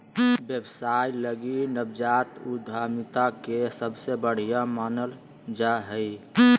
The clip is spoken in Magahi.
व्यवसाय लगी नवजात उद्यमिता के सबसे बढ़िया मानल जा हइ